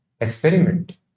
experiment